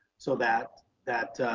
so that that